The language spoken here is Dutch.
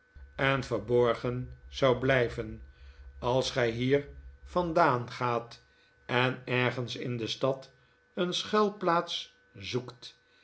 en verborgen zou blijven als gij hier vandaan gaat en ergens in de stad een schuilplaats zoekt